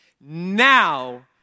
Now